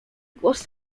głos